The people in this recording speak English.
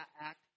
act